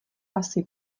asi